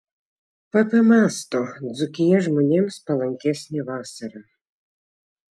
pp mąsto dzūkija žmonėms palankesnė vasarą